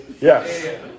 Yes